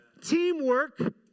Teamwork